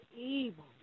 evil